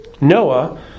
Noah